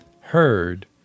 heard